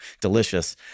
delicious